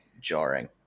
jarring